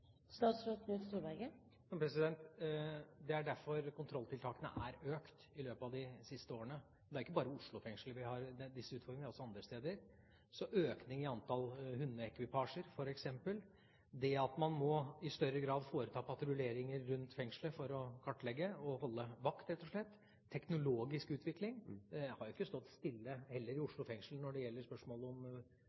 Det er derfor kontrolltiltakene er økt i løpet av de siste årene. Det er ikke bare i Oslo-fengslet vi har disse utfordringene, det er også andre steder. Det er f.eks. en økning i antall hundeekvipasjer, man må i større grad rett og slett foreta patruljeringer rundt fengslet for å kartlegge og holde vakt, og det er en teknologisk utvikling. Det har jo heller ikke stått stille i Oslo fengsel når det gjelder spørsmålet om